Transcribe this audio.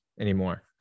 anymore